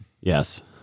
Yes